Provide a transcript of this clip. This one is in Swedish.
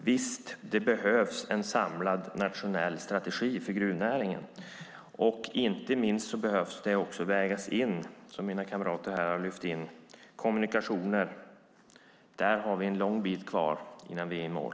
Visst behövs det en samlad nationell strategi för gruvnäringen. Inte minst behöver det - som mina kamrater har sagt - vägas in kommunikationer. Där har vi en lång bit kvar innan vi är i mål.